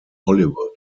hollywood